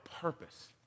purpose